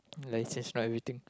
let's just write everything